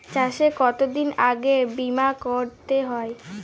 চাষে কতদিন আগে বিমা করাতে হয়?